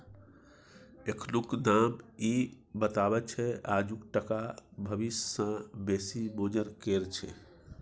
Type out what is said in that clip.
एखनुक दाम इ बताबैत छै आजुक टका भबिस सँ बेसी मोजर केर छै